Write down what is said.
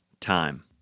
Time